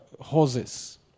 horses